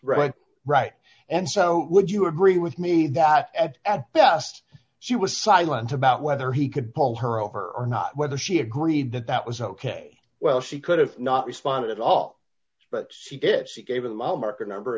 right right and so would you agree with me that at best she was silent about whether he could pull her over or not whether she agreed that that was ok well she could have not responded at all but she did she gave him oh mark a number